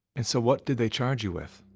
and so what did they charge you with?